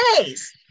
days